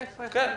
כן.